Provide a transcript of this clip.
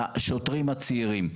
השוטרים הצעירים.